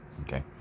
okay